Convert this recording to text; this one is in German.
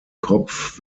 kopf